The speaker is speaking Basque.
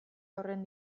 horren